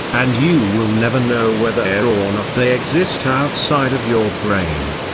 and you will never know whether or not they exist outside of your brain.